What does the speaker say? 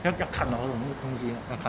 要要看 orh 无东西 orh 要看